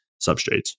substrates